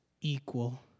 equal